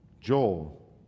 Joel